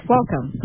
Welcome